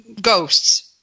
ghosts